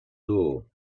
door